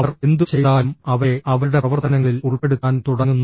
അവർ എന്തു ചെയ്താലും അവരെ അവരുടെ പ്രവർത്തനങ്ങളിൽ ഉൾപ്പെടുത്താൻ തുടങ്ങുന്നു